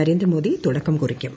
നരേന്ദ്ര മോദി തുടക്കം കുറിക്കും